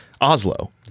Oslo